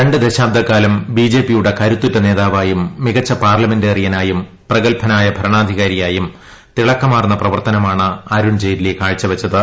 രണ്ട് ദശാബ്ദക്കാലം ബിജെപിയുടെ കരുത്തുറ്റ നേതാവായും മികച്ചു പാർലമെന്റേറിയനായും പ്രഗത്ഭനായ ഭരണാധികാരി യായും തിളക്കമാർന്ന പ്രവർത്തനമാണ് അരുൺ ജെയ്റ്റ്ലി കാഴ്ച വച്ചത്